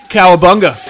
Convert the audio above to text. Cowabunga